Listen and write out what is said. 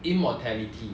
immortality